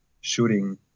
shooting